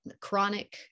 chronic